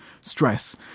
stress